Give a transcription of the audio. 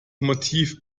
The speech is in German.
motiv